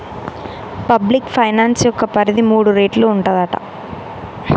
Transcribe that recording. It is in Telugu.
పబ్లిక్ ఫైనాన్స్ యొక్క పరిధి మూడు రేట్లు ఉంటదట